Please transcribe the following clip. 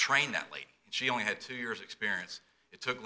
trained that late she only had two years experience it took